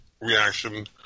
reaction